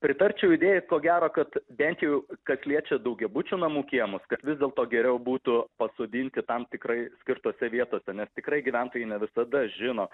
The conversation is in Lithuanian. pritarčiau idėjai ko gero kad bent jau kas liečia daugiabučių namų kiemus kad vis dėlto geriau būtų pasodinti tam tikrai skirtose vietose nes tikrai gyventojai ne visada žino